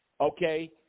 Okay